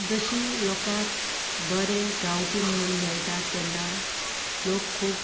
जशीं लोकांक बरें गांवठी म्हणून मेळटा तेन्ना लोक खूब